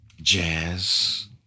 jazz